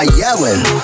yelling